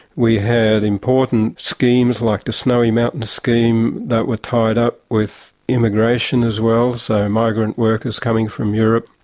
we had important schemes like the snowy mountains scheme that were tied up with immigration as well, so migrant workers coming from europe,